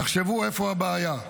תחשבו איפה הבעיה.